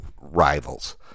rivals